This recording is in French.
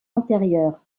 antérieures